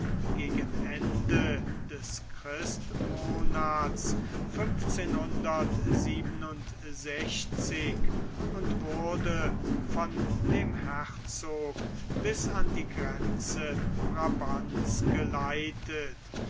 gegen ende des christmonats und wurde von dem herzog bis an die grenze brabants geleitet